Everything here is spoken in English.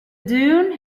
dune